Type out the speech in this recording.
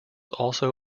also